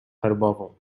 herbową